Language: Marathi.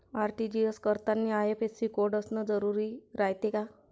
आर.टी.जी.एस करतांनी आय.एफ.एस.सी कोड असन जरुरी रायते का?